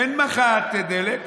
אין מחאת דלק.